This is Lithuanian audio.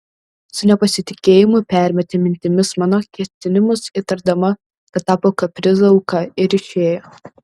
su nepasitikėjimu permetė mintimis mano ketinimus įtardama kad tapo kaprizo auka ir išėjo